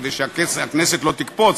כדי שהכנסת לא תקפוץ,